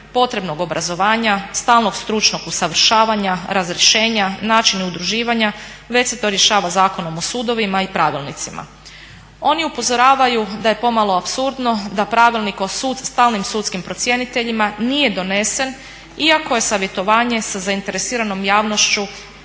potrebnog obrazovanja stalnog stručnog usavršavanja, razrješenja, načine udruživanja već se to rješava Zakon o sudovima i pravilnicima. Oni upozoravaju da je pomalo apsurdno da pravilnik o stalnim sudskim procjeniteljima nije donesene iako je savjetovanje sa zainteresiranom javnošću